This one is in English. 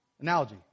analogy